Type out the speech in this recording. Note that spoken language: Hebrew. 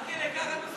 עד כדי כך את,